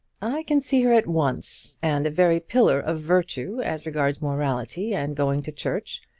i can see her at once and a very pillar of virtue as regards morality and going to church.